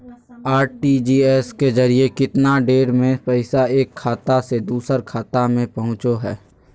RTGS के जरिए कितना देर में पैसा एक खाता से दुसर खाता में पहुचो है?